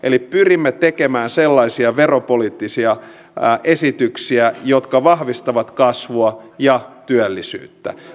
eli pyrimme tekemään sellaisia veropoliittisia esityksiä jotka vahvistavat kasvua ja työllisyyttä